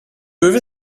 river